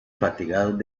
fatigados